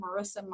Marissa